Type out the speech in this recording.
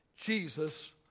Jesus